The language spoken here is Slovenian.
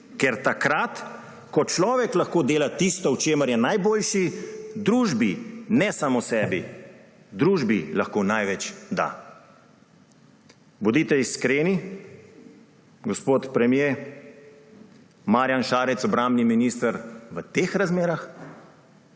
Ker takrat ko človek lahko dela tisto, v čemer je najboljši, družbi, ne samo sebi, družbi lahko največ da.« Bodite iskreni, gospod premier – Marjan Šarec obrambni minister v teh razmerah?